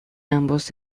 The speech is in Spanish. ambos